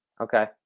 Okay